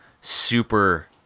super